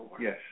Yes